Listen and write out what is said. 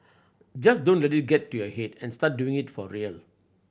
just don't let it get to your head and start doing it for real